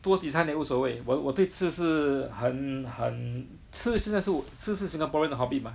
多几餐也无所谓我我对吃是很很吃现在是吃是 Singaporean 的 hobby 嘛